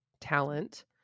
talent